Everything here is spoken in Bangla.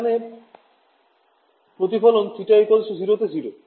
এখানে প্রতিফলন θ 0 তে 0